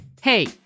Hey